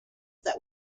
that